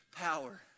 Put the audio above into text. power